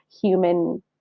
human